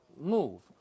move